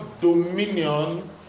dominion